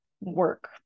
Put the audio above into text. work